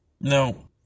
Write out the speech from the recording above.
No